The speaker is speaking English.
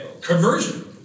Conversion